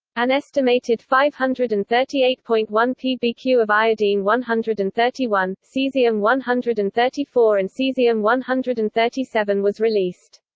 an estimated five hundred and thirty eight point one pbq of iodine one hundred and thirty one, caesium one hundred and thirty four and caesium one hundred and thirty seven was released.